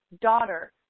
daughter